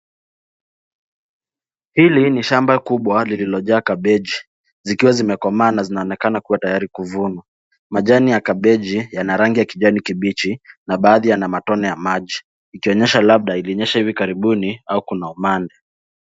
Hili ni shamba kubwa lililojaa kabeji zikiwa imekomaa na zinaonekana kuwa tayari kuvunwa, Majani ya kabeji yana rangi ya kijani kibichi na baadhi yana matone ya maji yakionyesha labda kulinyesha hivi karibuni au kuna umande.